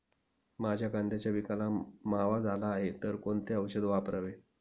माझ्या कांद्याच्या पिकाला मावा झाला आहे तर कोणते औषध वापरावे?